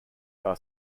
are